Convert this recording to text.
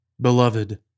Beloved